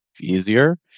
easier